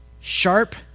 sharp